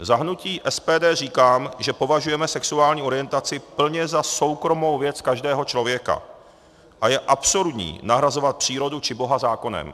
Za hnutí SPD říkám, že považujeme sexuální orientaci plně za soukromou věc každého člověka a je absurdní nahrazovat přírodu či Boha zákonem.